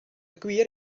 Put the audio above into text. gwir